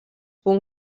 punt